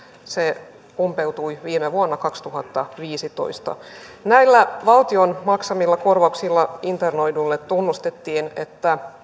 se umpeutui viime vuonna kaksituhattaviisitoista näillä valtion maksamilla korvauksilla internoiduille tunnustettiin että